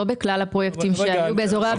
לא בכלל הפרויקטים שהיו באזורי הביקוש.